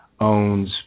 owns